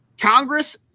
Congress